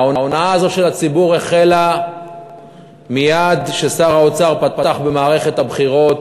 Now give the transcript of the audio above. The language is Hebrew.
ההונאה הזאת של הציבור החלה מייד כששר האוצר פתח במערכת הבחירות,